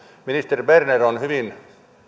ministeri berner on mielestäni hyvin